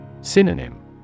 Synonym